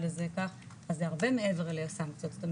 אז זה הרבה מעבר לסנקציות.